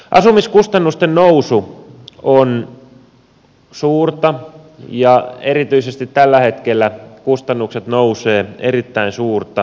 asumiskustannusten nousu on suurta ja erityisesti tällä hetkellä kustannukset nousevat erittäin suurta tahtia